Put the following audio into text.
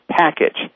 package